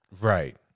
Right